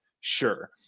Sure